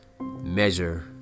measure